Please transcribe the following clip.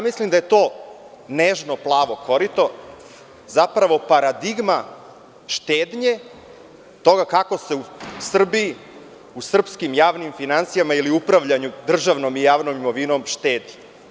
Mislim da je to nežno plavo korito zapravo paradigma štednje toga kako se u Srbiji u srpskim javnim finansijama ili upravljanju državnom i javnom imovinom štedi.